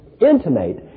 intimate